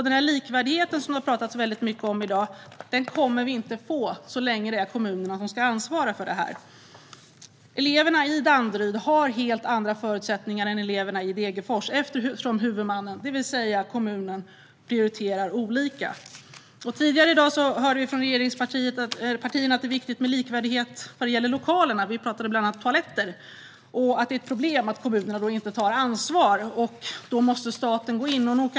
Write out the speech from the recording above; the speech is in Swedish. Den likvärdighet som många har talat om i dagens debatt kommer vi inte att få så länge kommunerna har ansvar för detta. Eleverna i Danderyd har helt andra förutsättningar än eleverna i Degerfors, eftersom huvudmännen, det vill säga kommunerna, prioriterar olika. Tidigare i debatten hörde vi från regeringspartierna att det är viktigt med likvärdighet vad gäller lokaler. Bland annat toaletter togs upp. Det sas att det är ett problem att kommunerna inte tar ansvar. Staten måste då gå in.